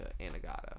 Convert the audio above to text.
Anagata